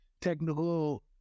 technical